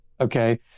okay